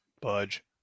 Budge